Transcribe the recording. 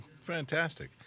fantastic